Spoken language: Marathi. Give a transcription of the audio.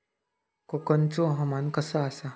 कोकनचो हवामान कसा आसा?